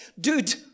dude